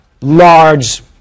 large